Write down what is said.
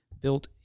built